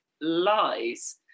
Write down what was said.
lies